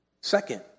Second